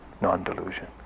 non-delusion